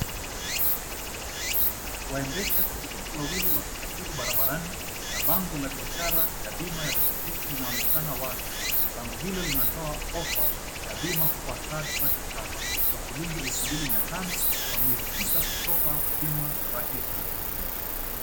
Waendesha pikipiki wawili wakisafiri barabarani na bango la biashara ya bima ya piki piki linaonekana wazi. Bango hilo linatoa ofa kwa bima third party cover kwa shilingi elfu mbili mia tano kwa miezi sita kutoka bima rahisi.